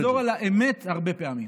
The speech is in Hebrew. לחזור על האמת הרבה פעמים,